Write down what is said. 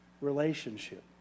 relationship